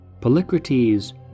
Polycrates